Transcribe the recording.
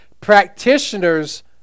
practitioners